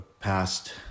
past